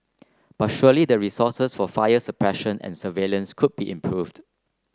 but surely the resources for fires suppression and surveillance could be improved